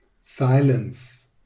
silence